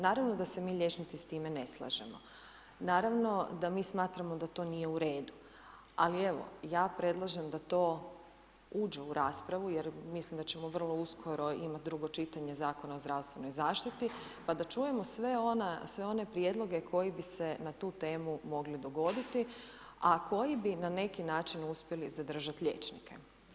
Naravno da se mi liječnici s time ne slažemo, naravno da mi smatramo da to nije u redu, ali evo ja predlažem da to uđe u raspravu jer mislim da ćemo vrlo uskoro imati drugo čitanje Zakona o zdravstvenoj zaštiti pa da čujemo sve one prijedloge koji bi se na tu temu mogli dogoditi, a koji bi na neki način uspjeli zadržati liječnike.